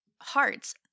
hearts